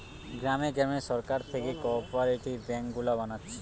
গ্রামে গ্রামে সরকার থিকে কোপরেটিভ বেঙ্ক গুলা বানাচ্ছে